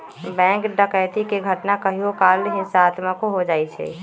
bank डकैती के घटना कहियो काल हिंसात्मको हो जाइ छइ